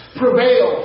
prevail